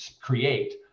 create